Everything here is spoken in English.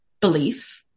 Belief